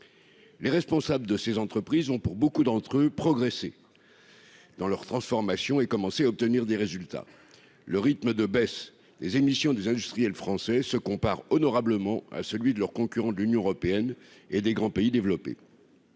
les responsables de ces entreprises ont pour beaucoup d'entre eux progressé dans leur transformation et commencer à obtenir des résultats, le rythme de baisse des émissions des industriels français se comparent honorablement celui de leurs concurrents de l'Union européenne et des grands pays développés.